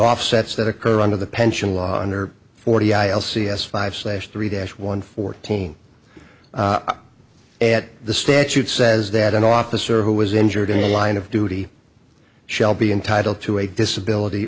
offsets that occur under the pension law under forty i'll see s five slash three dash one fourteen at the statute says that an officer who was injured in the line of duty shall be entitled to a disability